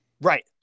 Right